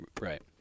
Right